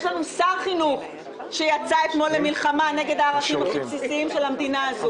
יש לנו שר חינוך שיצא אתמול למלחמה נגד הערכים הבסיסיים של המדינה הזאת,